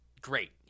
great